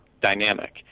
dynamic